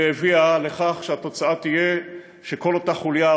והביאה לכך שהתוצאה תהיה שכל אותה חוליה,